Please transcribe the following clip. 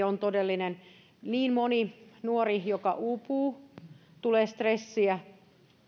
on todellinen moni nuori joka uupuu tulee stressiä